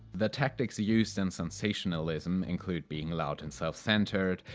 the tactics used in sensationalism include being loud and self-centered,